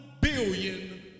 billion